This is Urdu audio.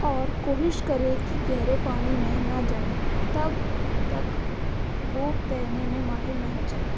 اور کوشش کرے کہ گہرے پانی میں ںہ جائے تب تک وہ تیرنے میں ماہر نہ ہو جائے